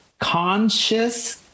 Conscious